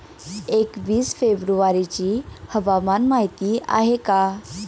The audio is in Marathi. एकवीस फेब्रुवारीची हवामान माहिती आहे का?